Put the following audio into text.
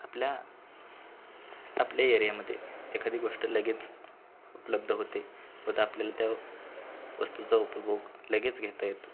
आपल्या आपल्या एरियामध्ये एखादी गोष्ट लगेच उपलब्ध होते व आपल्याला त्या वस्तूचा उपभोग लगेच घेता येतो